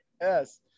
Yes